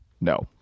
No